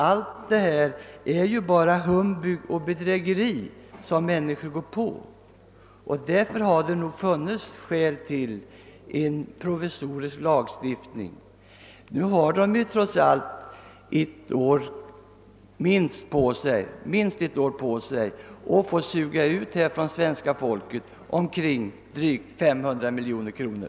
Allt detta är ju bara humbug och bedrägeri som människor går på. Därför hade det nog funnits skäl till en provisorisk lagstiftning. Nu har dessa företagare trots allt minst ett år på sig att av svenska folket få suga ut drygt 500 miljoner kronor.